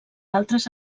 altres